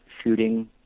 shooting